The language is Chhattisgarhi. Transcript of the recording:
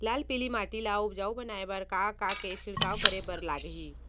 लाल पीली माटी ला उपजाऊ बनाए बर का का के छिड़काव करे बर लागही?